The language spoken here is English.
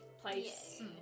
place